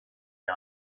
gun